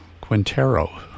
Quintero